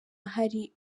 hari